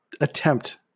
attempt